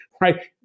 right